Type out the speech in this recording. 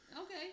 okay